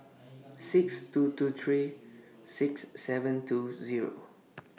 six two two three six seven two Zero